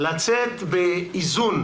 לצאת באיזון.